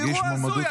זה אירוע הזוי.